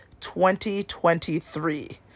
2023